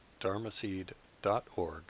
dharmaseed.org